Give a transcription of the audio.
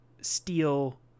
steal